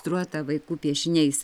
truota vaikų piešiniais